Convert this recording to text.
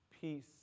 peace